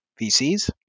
vcs